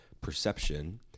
perception